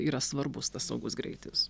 yra svarbus tas saugus greitis